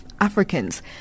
Africans